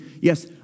yes